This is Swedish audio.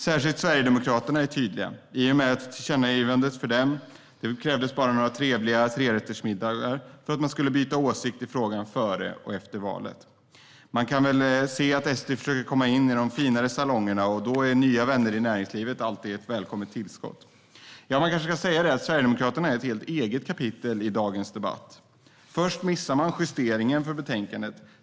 Särskilt Sverigedemokraterna är tydliga i och med att tillkännagivandet för dem bara krävde några trevliga trerättersmiddagar för att de skulle byta åsikt i frågan före och efter valet. Man kan väl se att SD försöker komma in i de finare salongerna, och då är nya vänner i näringslivet alltid ett välkommet tillskott. Sverigedemokraterna är ett helt eget kapitel i dagens debatt. Först missar man justeringen för betänkandet.